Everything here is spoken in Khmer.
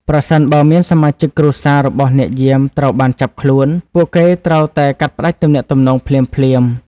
ប្រសិនបើមានសមាជិកគ្រួសាររបស់អ្នកយាមត្រូវបានចាប់ខ្លួន ពួកគេត្រូវតែកាត់ផ្ដាច់ទំនាក់ទំនងភ្លាមៗ។